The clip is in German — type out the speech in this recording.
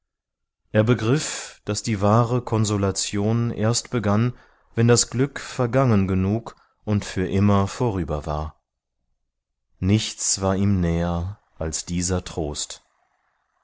er begriff daß die wahre konsolation erst begann wenn das glück vergangen genug und für immer vorüber war nichts war ihm näher als dieser trost